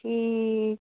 ٹھیٖک